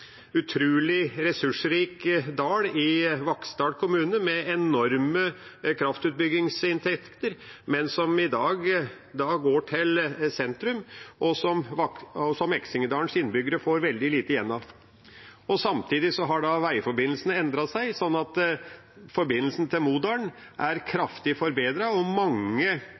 utrolig ressursrik dal i Vaksdal kommune, med enorme kraftutbyggingsinntekter som i dag går til sentrum, og som Eksingedalens innbyggere får veldig lite igjen av. Samtidig har veiforbindelsene endret seg, sånn at forbindelsen til Modalen er kraftig forbedret. Mange tjenesteytinger blir i dag utført i et samspill mellom Vaksdal og